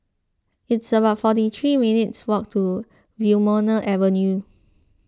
it's about forty three minutes' walk to Wilmonar Avenue